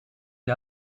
der